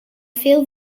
veel